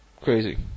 crazy